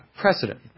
precedent